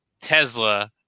Tesla